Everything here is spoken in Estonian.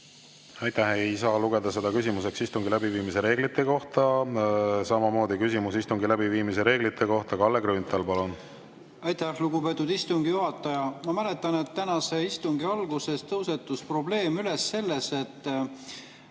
Aitäh! Ei saa lugeda seda küsimuseks istungi läbiviimise reeglite kohta. Samamoodi küsimus istungi läbiviimise reeglite kohta, Kalle Grünthal, palun! Aitäh, lugupeetud istungi juhataja! Ma mäletan, et tänase istungi alguses tõusetus probleem, et